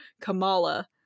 Kamala